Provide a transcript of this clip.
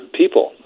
people